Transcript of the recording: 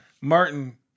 Martin